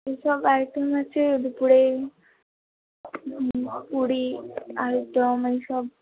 এসব আইটেম আছে দুপুরে পুরী আলুর দম এইসব